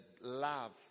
love